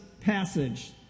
passage